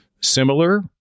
similar